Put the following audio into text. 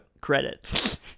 credit